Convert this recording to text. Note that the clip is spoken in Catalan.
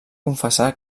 confessar